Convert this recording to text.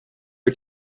are